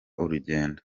urugendo